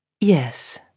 Yes